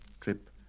trip